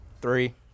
three